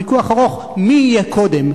ויכוח ארוך מי יהיה קודם,